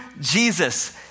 Jesus